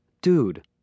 Dude